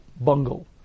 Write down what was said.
bungle